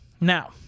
now